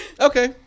okay